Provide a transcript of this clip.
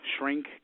shrink